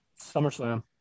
SummerSlam